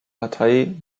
partei